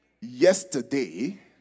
yesterday